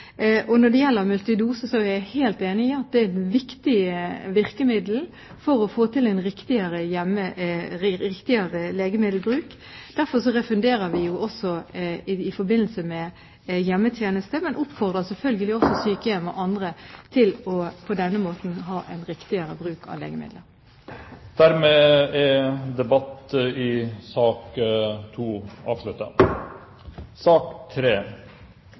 virkemiddel for å få til en riktigere legemiddelbruk. Derfor refunderer vi også i forbindelse med hjemmetjeneste, men oppfordrer selvfølgelig også sykehjem og andre til på denne måten å ha en riktigere bruk av legemidler. Dermed er debatten i sak